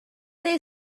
they